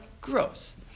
gross